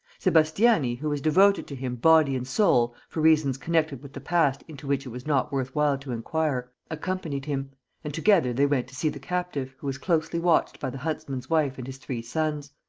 sebastiani, who was devoted to him body and soul, for reasons connected with the past into which it was not worth while to inquire, accompanied him and together they went to see the captive, who was closely watched by the huntsman's wife and his three sons.